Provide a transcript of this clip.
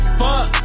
fuck